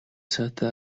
сайтай